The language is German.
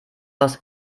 aus